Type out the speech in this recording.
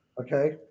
Okay